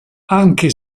anche